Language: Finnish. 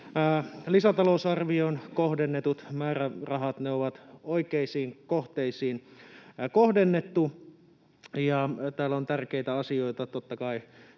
lisätalousarvioon kohdennetut määrärahat on oikeisiin kohteisiin kohdennettu. Täällä on tärkeitä asioita totta kai